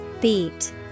Beat